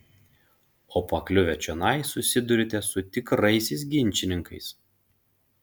o pakliuvę čionai susiduriate su tikraisiais ginčininkais